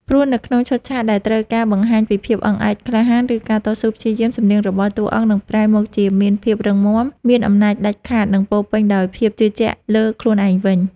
ព្រោះនៅក្នុងឈុតឆាកដែលត្រូវការបង្ហាញពីភាពអង់អាចក្លាហាន ឬការតស៊ូព្យាយាម សំនៀងរបស់តួឯកនឹងប្រែមកជាមានភាពរឹងមាំ មានអំណាចដាច់ខាត និងពោពេញដោយភាពជឿជាក់លើខ្លួនឯងវិញ។